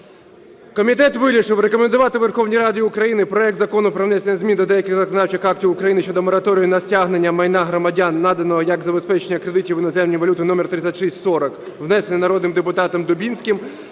Комітет вирішив рекомендувати Верховній Раді України проект Закону про внесення змін до деяких законодавчих актів України щодо мораторію на стягнення майна громадян, наданого як забезпечення кредитів в іноземній валюті (№3640), внесений народним депутатом Дубінським,